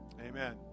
amen